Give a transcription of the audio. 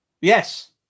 Yes